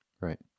Right